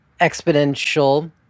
exponential